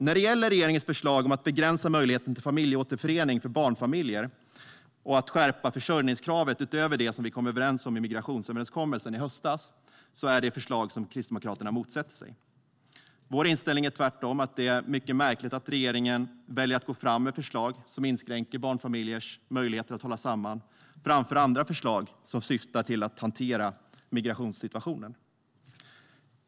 När det gäller regeringens förslag om att begränsa möjligheten till familjeåterförening för barnfamiljer och att skärpa försörjningskravet utöver det som vi kom överens om i migrationsöverenskommelsen i höstas är det förslag som Kristdemokraterna motsätter sig. Vår inställning är tvärtom att det är mycket märkligt att regeringen väljer att gå fram med förslag som inskränker barnfamiljers möjligheter att hålla samman framför andra förslag som syftar till att hantera migrationssituationen.